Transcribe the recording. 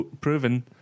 proven